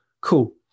Cool